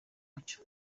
mucyo